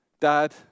Dad